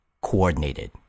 Coordinated